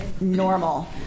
normal